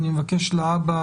אני מבקש להבא,